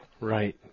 right